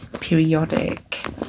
periodic